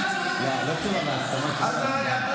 לא תשובה והסכמה, תשובה והצבעה.